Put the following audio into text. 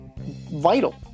vital